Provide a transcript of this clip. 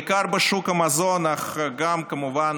בעיקר בשוק המזון אך גם, כמובן,